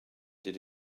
did